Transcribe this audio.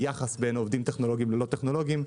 היחס בין עובדים טכנולוגים ללא טכנולוגים.